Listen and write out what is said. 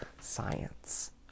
science